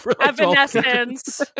Evanescence